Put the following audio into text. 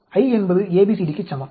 I என்பது ABCD க்குச் சமம்